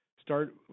Start